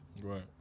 Right